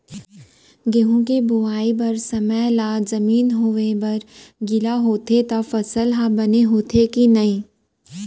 गेहूँ के बोआई बर समय ला जमीन होये बर गिला होथे त फसल ह बने होथे की नही?